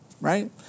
right